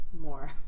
more